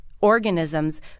organisms